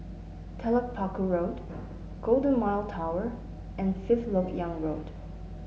Telok Paku Road Golden Mile Tower and Fifth LoK Yang Road